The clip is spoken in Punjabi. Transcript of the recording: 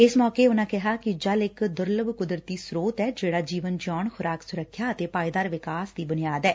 ਇਸ ਮੌਕੇ ਉਨ੍ਹਾਂ ਕਿਹਾ ਕਿ ਜਲ ਇਕ ਦੁਰੱਲਭ ਕੁਦਰਤੀ ਸਰੋਤ ਐ ਜਿਹੜਾ ਜੀਵਨ ਜੀਉਣ ਖੁਰਾਕ ਸੁਰੱਖਿਆ ਅਤੇ ਪਾਏਦਾਰ ਵਿਕਾਸ ਦੀ ਬੁਨਿਆਦ ਐ